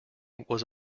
was